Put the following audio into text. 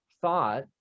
thought